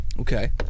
Okay